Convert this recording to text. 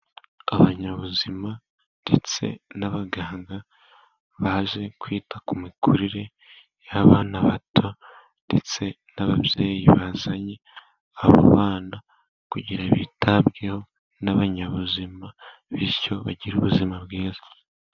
Abanyabuzima ndetse n'abaganga baje kwita ku mikurire y'abana bato, ndetse n'ababyeyi bazanye abo bana kugira bitabweho n'abanyabuzima, bityo bagire ubuzima bwiza.